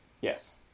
Yes